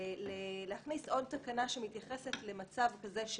להכניס עוד תקנה שמתייחסת למצב כזה.